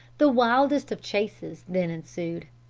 the wildest of chases then ensued.